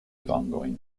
vangojn